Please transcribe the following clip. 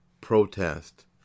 protest